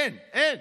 אין, אין.